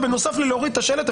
בנוסף להורדת השלט,